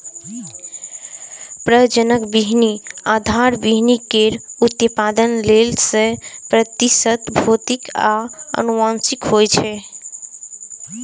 प्रजनक बीहनि आधार बीहनि केर उत्पादन लेल सय प्रतिशत भौतिक आ आनुवंशिक होइ छै